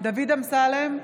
דוד אמסלם,